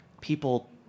people